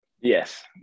Yes